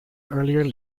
earlier